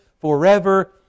forever